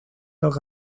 los